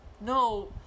no